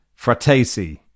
Fratesi